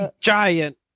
giant